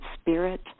spirit